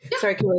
Sorry